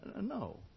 no